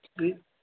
जी